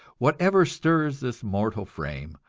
whatever stirs this mortal frame,